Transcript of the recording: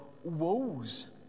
woes